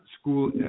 school